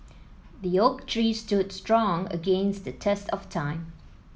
the oak tree stood strong against the test of time